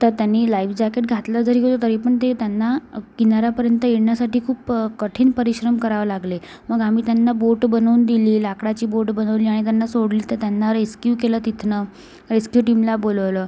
तर त्यांनी life jacket घातलं जरी होतं तरी पण ते त्यांना किनाऱ्यापर्यंत येण्यासाठी खूप कठीण परिश्रम करावे लागले मग आम्ही त्यांना बोट बनवून दिली लाकडाची बोट बनवली आणि त्यांना सोडली तर त्यांना रेस्क्यू केलं तिथनं रेस्क्यू टीमला बोलवलं